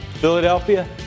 Philadelphia